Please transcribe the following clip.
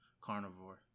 carnivore